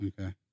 Okay